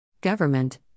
Government